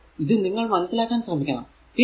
എന്നാൽ ഇത് നിങ്ങൾ മനസ്സിലാക്കാൻ ശ്രമിക്കണം